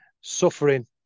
suffering